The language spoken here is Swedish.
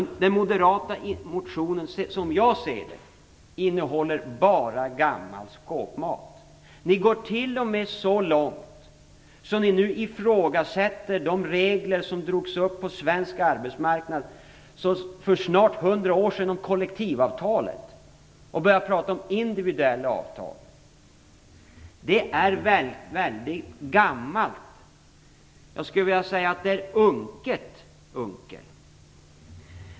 Den moderata motionen, som jag ser det, innehåller bara gammal skåpmat. Ni går t.o.m. så långt att ni ifrågasätter de regler om kollektivavtal som drogs upp på svensk arbetsmarknad för snart 100 år sedan. Ni börjar prata om individuella avtal. Det är gammalt! Det är unket, Unckel!